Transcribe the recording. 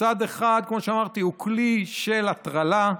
מצד אחד, כמו שאמרתי, הוא כלי של הטרלה,